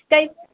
ꯀꯔꯤ